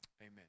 amen